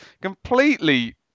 Completely